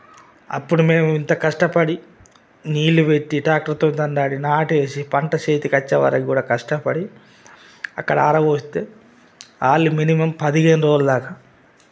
అప్పుడు మేము ఇంత కష్టపడి నీళ్ళు పెట్టి టాక్టర్తో దున్నాడి నాటేసి పంట చేతి కొచ్చే వరకు కష్టపడి అక్కడ ఆరబోస్తే ఆళ్ళు మినిమం పదిహేను రోజులు దాక